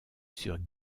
sur